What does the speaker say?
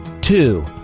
Two